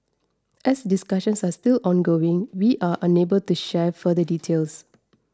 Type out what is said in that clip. as discussions are still ongoing we are unable to share further details